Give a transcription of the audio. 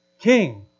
King